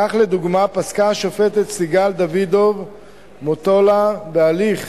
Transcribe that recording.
כך, לדוגמה, פסקה השופטת סיגל דוידוב-מוטולה בהליך